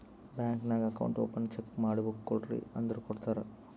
bank ನಾಗ್ account open check ಮಾಡಿ book ಕೊಡ್ರಿ ಅಂದುರ್ ಕೊಡ್ತಾರ್